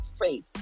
faith